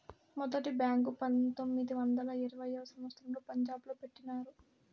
మొదటి బ్యాంకు పంతొమ్మిది వందల ఇరవైయవ సంవచ్చరంలో పంజాబ్ లో పెట్టినారు